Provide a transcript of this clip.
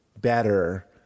better